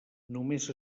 només